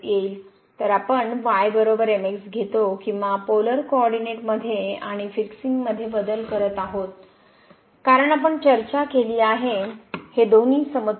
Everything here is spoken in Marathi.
तर आपण y mx घेतो किंवा पोलर कोऑरडीनेट मध्ये आणि फिक्सिंगमध्ये बदल करत आहोत कारण आपण चर्चा केली आहे हे दोन्ही समतुल्य आहेत